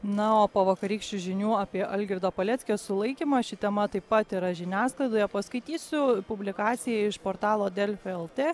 na o po vakarykščių žinių apie algirdo paleckio sulaikymą ši tema taip pat yra žiniasklaidoje paskaitysiu publikaciją iš portalo delfi lt